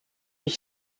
ich